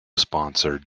sponsor